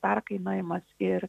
perkainojimas ir